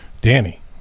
Danny